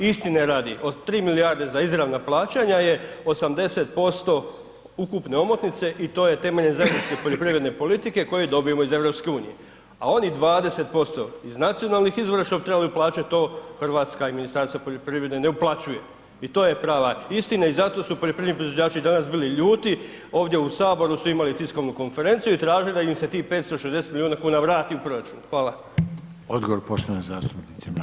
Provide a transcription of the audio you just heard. Istine radi, od 3 milijarde za izravna plaćanja je 80% ukupne omotnice i to je temeljem zajedničke poljoprivredne politike koju dobijemo iz EU, a onih 20% iz nacionalnih izvora što bi trebali plaćat to, RH i Ministarstvo poljoprivrede ne uplaćuje i to je prava istina i zato su poljoprivredni proizvođači danas bili ljudi, ovdje u HS su imali tiskovnu konferenciju i tražili da im se tih 560 milijuna kuna vrati u proračun.